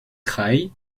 kraï